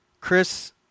Chris